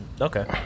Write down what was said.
okay